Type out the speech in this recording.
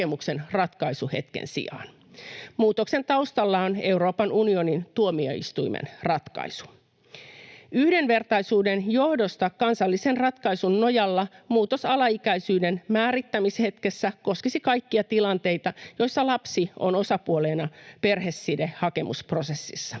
Muutoksen taustalla on Euroopan unionin tuomioistuimen ratkaisu. Yhdenvertaisuuden johdosta kansallisen ratkaisun nojalla muutos alaikäisyyden määrittämishetkessä koskisi kaikkia tilanteita, joissa lapsi on osapuolena perhesidehakemusprosessissa.